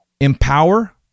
empower